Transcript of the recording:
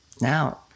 Now